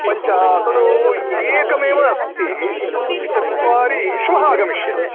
पञ्च तद् एकमेव अस्ति इतोपि चत्वारि श्वः आगमिष्यति